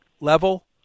level